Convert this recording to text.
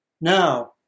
Now